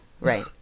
right